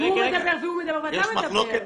אם הוא מדבר והוא מדבר ואתה מדבר.